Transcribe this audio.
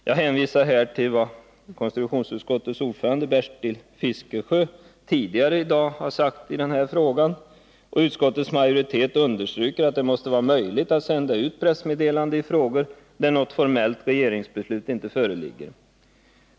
Jag hänvisar här till vad konstitutionsutskottets ordförande Bertil Fiskesjö tidigare i dag har sagt i frågan. Utskottets majoritet understryker att det måste vara möjligt att sända ut pressmeddelande i frågor, där något formellt regeringsbeslut inte föreligger.